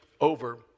over